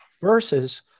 versus